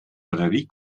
batterie